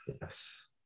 Yes